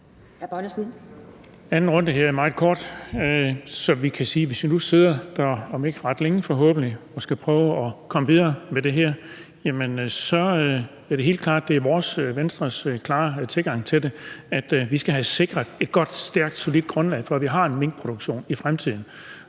runde her er meget kort. Så vi kan sige, at hvis vi nu sidder der om ikke ret længe, forhåbentlig, og skal prøve at komme videre med det her, så er Venstres klare tilgang til det, at vi skal have sikret et godt, stærkt og solidt grundlag for, at vi har en minkproduktion i fremtiden.